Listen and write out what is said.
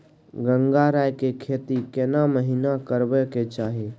गंगराय के खेती केना महिना करबा के चाही?